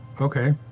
Okay